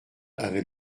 avait